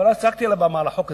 אז צעקתי על הבמה על החוק הזה,